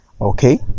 okay